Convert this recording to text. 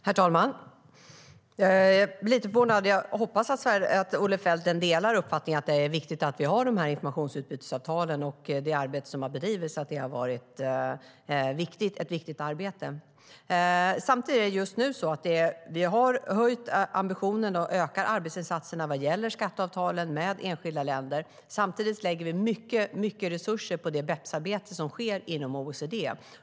Herr talman! Jag blir lite förvånad. Jag hoppas att Olle Felten delar uppfattningen att det är viktigt med informationsutbytesavtalen och att det arbete som har bedrivits har varit viktigt. Vi har höjt ambitionen och ökat arbetsinsatserna vad gäller skatteavtalen med enskilda länder. Samtidigt lägger vi mycket resurser på det BEPS-arbete som sker inom OECD.